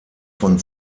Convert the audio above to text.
von